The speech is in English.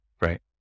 Right